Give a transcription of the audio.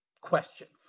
questions